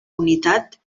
unitat